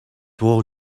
wool